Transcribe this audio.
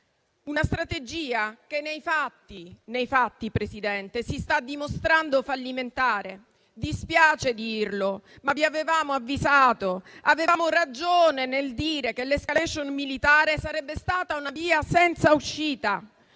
una strategia che nei fatti, Presidente, si sta dimostrando fallimentare. Dispiace dirlo, ma vi avevamo avvisato: avevamo ragione nel dire che l'*escalation* militare sarebbe stata una via senza uscita,